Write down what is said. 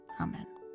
Amen